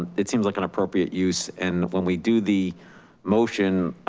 it seems like an appropriate use and when we do the motion.